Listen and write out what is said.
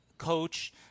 coach